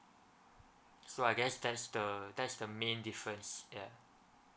so I guess that's the that's the main difference yeah